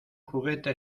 juguete